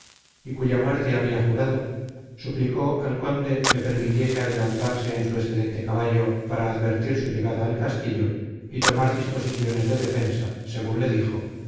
y cuya muerte había jurado suplicó al conde le permitiese adelantarse en su excelente caballo para advertir su llegada al castillo y tomar disposiciones de defensa según le dijo